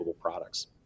products